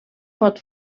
pot